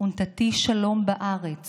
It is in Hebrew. "ונתתי שלום בארץ